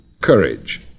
courage